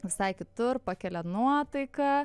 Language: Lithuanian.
visai kitur pakelia nuotaiką